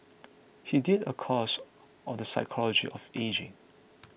he did a course on the psychology of ageing